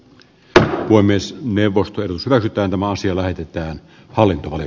tämä voi myös neuvostojen revitään tämä asia lähetetään hallintomalli